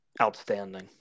outstanding